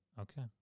Okay